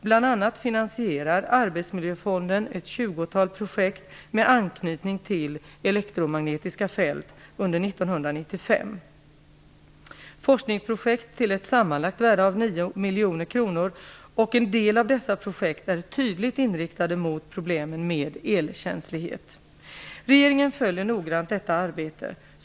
Bl.a. finansierar Arbetsmiljöfonden ett tjugotal projekt med anknytning till elektromagnetiska fält under 1995. Det är forskningsprojekt till ett sammanlagt värde av 9 miljoner kronor, och en del av dessa projekt är tydligt inriktade mot problemen med elkänslighet. Regeringen följer noggrant detta arbete.